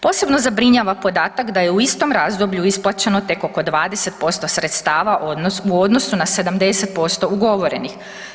Posebno zabrinjava podatak da je u istom razdoblju isplaćeno tek oko 20% sredstava u odnosu na 70% ugovorenih.